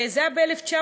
זה היה ב-1915,